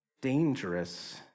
dangerous